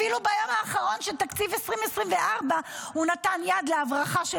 אפילו ביום האחרון של תקציב 2024 הוא נתן יד להברחה של